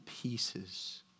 pieces